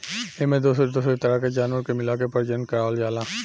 एमें दोसर दोसर तरह के जानवर के मिलाके प्रजनन करवावल जाला